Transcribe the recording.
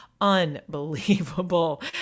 unbelievable